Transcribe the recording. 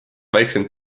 väiksem